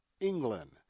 England